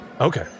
Okay